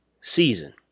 season